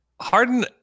Harden